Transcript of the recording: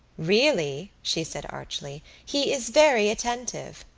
really, she said archly, he is very attentive.